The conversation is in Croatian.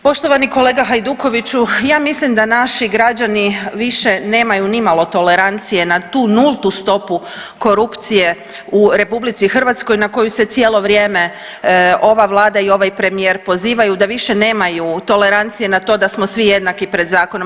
Poštovani kolega Hajdukoviću, ja mislim da naši građani više nemaju nimalo tolerancije na tu nultu stopu korupcije u RH na koju se cijelo vrijeme ova vlada i ovaj premijer pozivaju, da više nemaju tolerancije na to da smo svi jednaki pred zakonom.